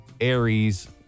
Aries